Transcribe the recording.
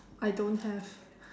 I don't have